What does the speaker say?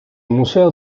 museo